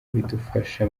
bidufasha